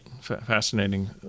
fascinating